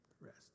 rest